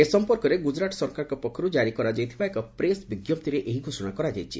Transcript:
ଏ ସମ୍ପର୍କରେ ଗୁଜରାଟ ସରକାରଙ୍କ ପକ୍ଷରୁ ଜାରି କରାଯାଇଥିବା ଏକ ପ୍ରେସ୍ ବିଞ୍ଜପ୍ତିରେ ଏହି ଘୋଷଣା କରାଯାଇଛି